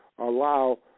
allow